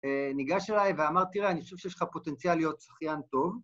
אה... ניגש אליי ואמר, תראה, אני חושב שיש לך פוטנציאל להיות שחיין טוב.